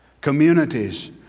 Communities